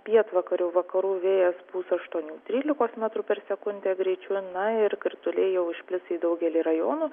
pietvakarių vakarų vėjas pūs aštuonių trylikos metrų per sekundę greičiu na ir krituliai jau išplis į daugelį rajonų